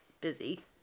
busy